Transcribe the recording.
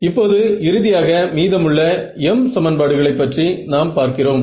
இப்போது இறுதியாக மீதமுள்ள m சமன்பாடுகளை பற்றி நாம் பார்க்கிறோம்